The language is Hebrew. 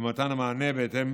במתן המענה בהתאם